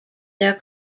their